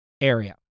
area